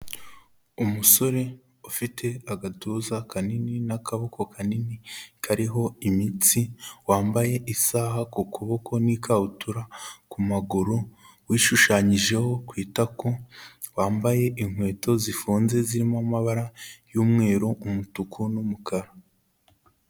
Umusore ufite agatuza kanini n'akaboko kanini kariho imitsi wambaye isaha ku kuboko n'ikabutura ku maguru wishushanyijeho ku itako, wambaye inkweto zifunze zirimo amabara y'umweru, umutuku n'umukara.